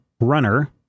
runner